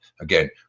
again